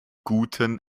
guten